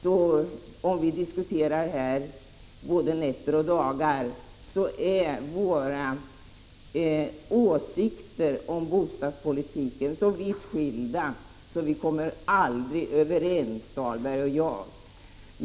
Även om vi diskuterar här både nätter och dagar, så är våra åsikter om bostadspolitiken så vitt skilda att vi aldrig kommer överens, Rolf Dahlberg och jag.